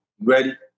Ready